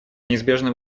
неизбежно